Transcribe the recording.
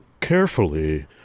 carefully